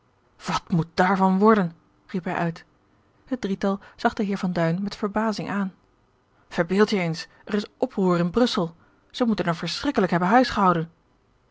wat moet daarvan worden riep hij uit het drietal zag den heer van duin met verbazing aan verbeeld je eens er is oproer in brussel zij moeten er verschrikkelijk hebben